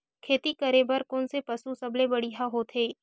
खेती करे बर कोन से पशु सबले बढ़िया होथे?